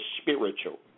spiritual